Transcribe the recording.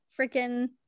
freaking